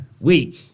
week